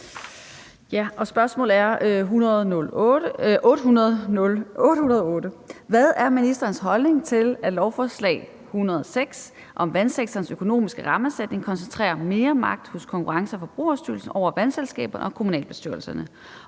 Hvad er ministerens holdning til, at lovforslag nr. L 106 om vandsektorens økonomiske rammesætning koncentrerer mere magt hos Konkurrence- og Forbrugerstyrelsen over vandselskaberne og kommunalbestyrelserne,